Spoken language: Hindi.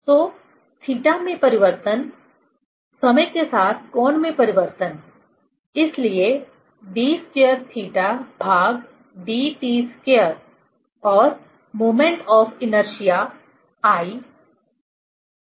तो थीटा में परिवर्तन समय के साथ कोण में परिवर्तन इसलिए d2θdt2 और moment of inertia I moment of inertia है